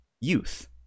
youth